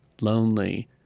lonely